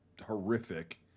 horrific